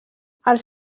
els